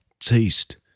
taste